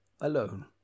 alone